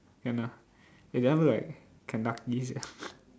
can ah eh that one look like Kentucky sia